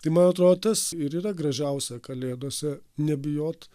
tai man atrodo tas ir yra gražiausia kalėdose nebijot